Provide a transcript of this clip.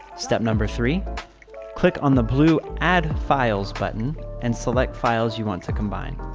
step number three click on the blue add files button and select files you want to combine.